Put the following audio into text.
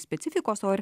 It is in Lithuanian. specifikos o ir